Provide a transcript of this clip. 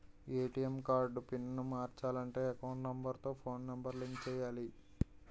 ATM card pin మార్చాలంటే account number తో phone number link చేయాలి